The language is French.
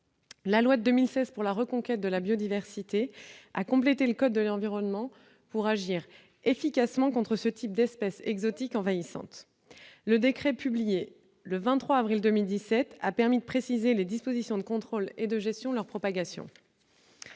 La loi de 2016 pour la reconquête de la biodiversité, de la nature et des paysages a complété le code de l'environnement pour agir efficacement contre ce type d'espèces exotiques envahissantes. Le décret publié le 23 avril 2017 a permis de préciser les dispositions de contrôle et de gestion de leur propagation.